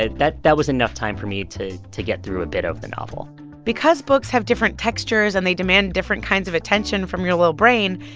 and that that was enough time for me to to get through a bit of the novel because books have different textures and they demand different kinds of attention from your little brain,